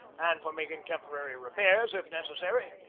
and for making temporary repairs, if necessary,